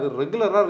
regular